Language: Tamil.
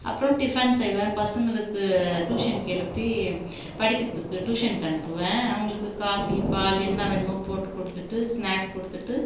அப்புறம் டிஃபன் செய்வேன் பசங்களுக்கு டியூஷனுக்கு எழுப்பி படிக்கிறதுக்கு டியூஷனுக்கு அனுப்புவேன் அவங்களுக்கு காஃபி பால் என்ன வேணுமோ போட்டுக் கொடுத்துட்டு ஸ்நாக்ஸ் கொடுத்துட்டு